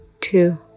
two